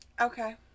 Okay